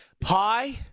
pie